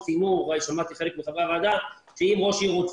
על פי החוק - שמעתי כאן חלק מחברי הוועדה שאמרו שאם ראש עיר רוצה,